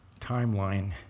timeline